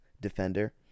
defender